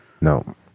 No